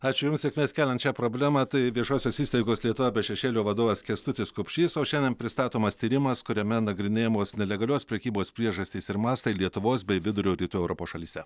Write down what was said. ačiū jums sėkmės keliant šią problemą tai viešosios įstaigos lietuva be šešėlio vadovas kęstutis kupšys o šiandien pristatomas tyrimas kuriame nagrinėjamos nelegalios prekybos priežastys ir mastai lietuvos bei vidurio rytų europos šalyse